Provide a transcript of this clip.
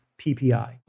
PPI